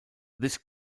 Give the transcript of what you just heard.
this